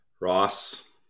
Ross